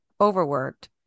overworked